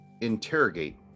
interrogate